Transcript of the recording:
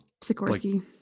Sikorsky